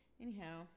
anyhow